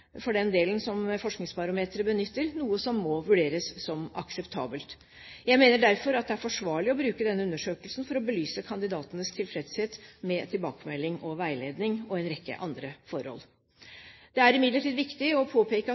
for den delen som Forskningsbarometeret benytter, noe som må vurderes som akseptabelt. Jeg mener derfor at det er forsvarlig å bruke denne undersøkelsen for å belyse kandidatenes tilfredshet med tilbakemelding og veiledning og en rekke andre forhold. Det er imidlertid viktig å påpeke at